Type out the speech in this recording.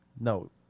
No